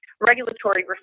regulatory